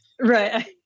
Right